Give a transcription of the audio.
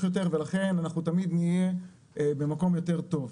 יותר ולכן אנחנו תמיד נהיה במקום יותר טוב.